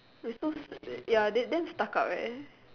is so s~ ya they damn stuck up eh